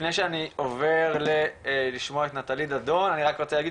לפני שאני עובר לשמוע את נטלי דדון אני רק רוצה להגיד